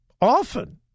often